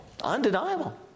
undeniable